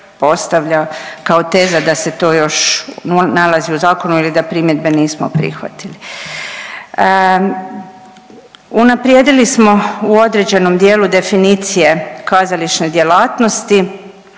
postavlja kao teza da se to još nalazi u zakonu ili da primjedbe nismo prihvatili. Unaprijedili smo u određenom dijelu definicije kazališne djelatnosti,